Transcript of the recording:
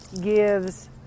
gives